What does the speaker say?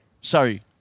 sorry